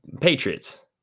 Patriots